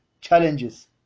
challenges